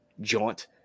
jaunt